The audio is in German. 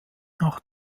nach